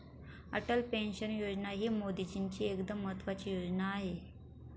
Atal pension Yojana ही मोदीजींची एकदम महत्त्वाची योजना आहे